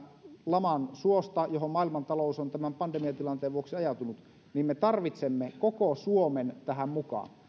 laman suosta johon maailmantalous on tämän pandemiatilanteen vuoksi ajautunut niin me tarvitsemme koko suomen tähän mukaan